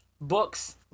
Books